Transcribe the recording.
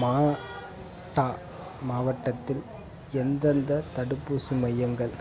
Malta மாவட்டத்தில் எந்தெந்த தடுப்பூசி மையங்கள்